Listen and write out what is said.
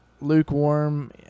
lukewarm